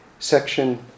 section